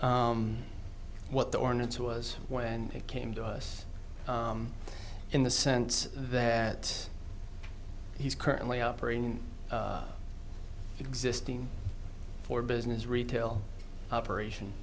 of what the ordinance was when it came to us in the sense that he's currently operating existing for business retail operation